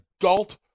adult